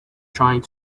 trying